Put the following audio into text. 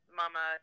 mama